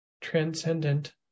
transcendent